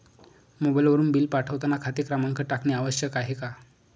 मोबाईलवरून बिल पाठवताना खाते क्रमांक टाकणे आवश्यक आहे का?